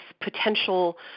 potential